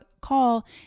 call